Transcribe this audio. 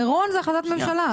מירון זה החלטת ממשלה.